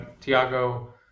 Tiago